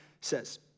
says